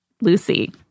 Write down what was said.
Lucy